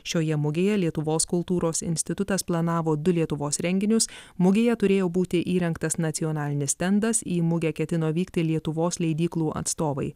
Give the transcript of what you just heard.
šioje mugėje lietuvos kultūros institutas planavo du lietuvos renginius mugėje turėjo būti įrengtas nacionalinis stendas į mugę ketino vykti lietuvos leidyklų atstovai